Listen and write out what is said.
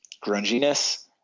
grunginess